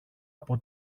από